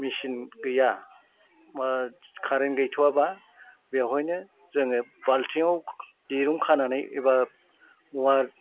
मेचिन गैया बा कारेन्ट गैथ'वाब्ला बेवहायनो जोङो बाल्थिंआव दिरुं खानानै एबा औवा